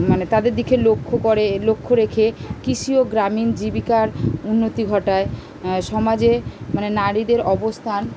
মানে তাদের দিকে লক্ষ্য করে লক্ষ্য রেখে কৃষি ও গ্রামীণ জীবিকার উন্নতি ঘটায় সমাজে মানে নারীদের অবস্থান